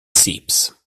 seeps